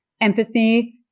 empathy